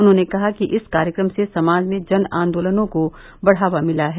उन्होंने कहा कि इस कार्यक्रम से समाज में जन आंदोलनों को बढ़ावा मिला है